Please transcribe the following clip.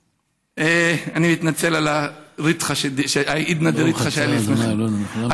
אני מתנצל על העידנא דרתחא שהייתה לי לפני כן.